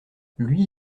lui